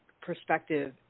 perspective